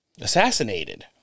assassinated